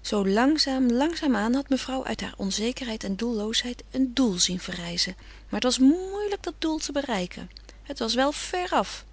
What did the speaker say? zoo langzaam langzaam aan had mevrouw uit hare onzekerheid en doelloosheid een doel zien verrijzen maar het was moeilijk dat doel te bereiken het was wel veraf